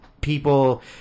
people